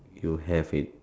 you have it